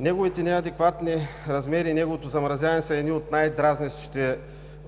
Неговите неадекватни размери и неговото замразяване са едни от най-дразнещите